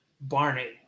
Barney